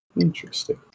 Interesting